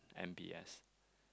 M_B_S